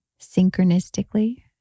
synchronistically